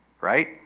right